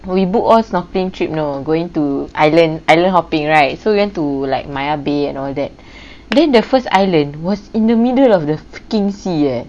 we book all snorkeling trip know going to island island hopping right so we went to like maya bay and all that then the first island was in the middle of the freaking sea leh